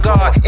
God